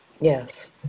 Yes